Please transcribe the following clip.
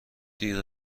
دیر